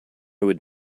would